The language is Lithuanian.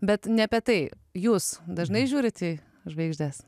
bet ne apie tai jūs dažnai žiūrit į žvaigždes